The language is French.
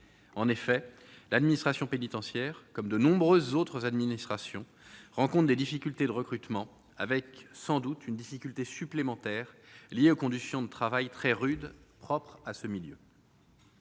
en effet, l'administration pénitentiaire, comme de nombreux autres administrations rencontrent des difficultés de recrutement, avec sans doute une difficulté supplémentaire lié aux conditions de travail très rude propres à ce milieu.